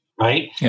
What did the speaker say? right